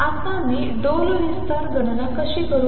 आता मी डोलविस्तार गणना कशी करू